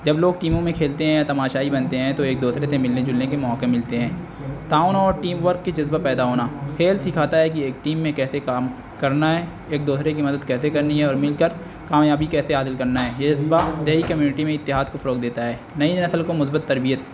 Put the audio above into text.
جب لوگ ٹیموں میں کھیلتے ہیں یا تماشائی بنتے ہیں تو ایک دوسرے سے ملنے جلنے کے موقع ملتے ہیں تعاون اور ٹیم ورک کے جذبہ پیدا ہونا کھیل سکھاتا ہے کہ ایک ٹیم میں کیسے کام کرنا ہے ایک دوسرے کی مدد کیسے کرنی ہے اور مل کر کامیابی کیسے عاادل کرنا ہے یہ جذبہ دیہی کمیونٹی میں اتحاد کو فروغ دیتا ہے نئی نسل کو مثبت تربیت